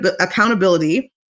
accountability